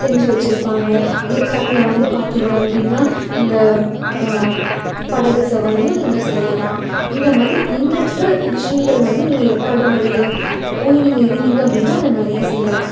செஞ்சு வச்சிருப்பாங்க ஏற்காட்டில் வந்து பார்த்திங்க அப்படின்னா இந்த படகு சவாரியும் நீங்க செய்யலாம் இந்த மாதிரி எண்ணற்ற விஷயங்கள் வந்து நீங்க ஏற்காடு மலையில் போய் நீங்கள் இருந்திங்க அப்படின்னா அங்கே நிறையா செய்யலாம்